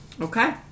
Okay